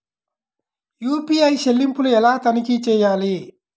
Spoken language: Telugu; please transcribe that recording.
యూ.పీ.ఐ చెల్లింపులు ఎలా తనిఖీ చేయాలి?